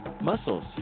muscles